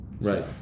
Right